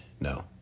No